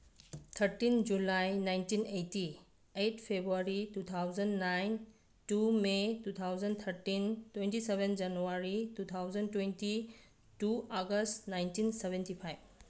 thirteen July nineteen eighty eight February two thousand nine two may two thousand thirteen twenty seven January two thousand twenty two August nineteen seventy five